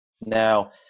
Now